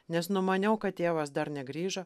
nes numaniau kad tėvas dar negrįžo